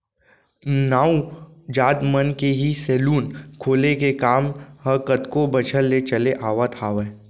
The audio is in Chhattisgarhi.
नाऊ जात मन के ही सेलून खोले के काम ह कतको बछर ले चले आवत हावय